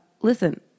listen